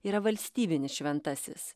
yra valstybinis šventasis